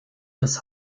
des